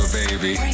baby